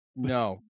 No